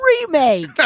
remake